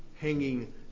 hanging